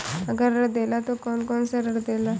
अगर ऋण देला त कौन कौन से ऋण देला?